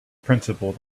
principle